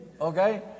Okay